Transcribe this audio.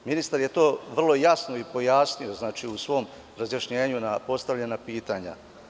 Ministar je to vrlo jasno pojasnio u svom razjašnjenju na postavljena pitanja.